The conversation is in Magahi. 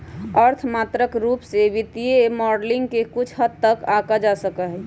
अर्थ मात्रात्मक रूप से वित्तीय मॉडलिंग के कुछ हद तक आंका जा सका हई